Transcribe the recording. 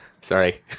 Sorry